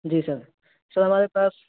جی sir sir ہمارے پاس